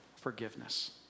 forgiveness